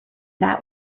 that